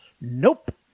nope